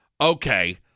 Okay